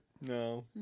No